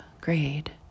grade